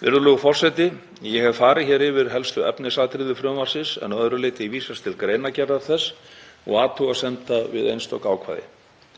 Virðulegur forseti. Ég hef farið yfir helstu efnisatriði frumvarpsins en að öðru leyti vísast til greinargerðar þess og athugasemda við einstök ákvæði.